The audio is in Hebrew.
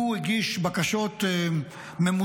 הוא הגיש בקשות ממוסמכות